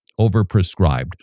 overprescribed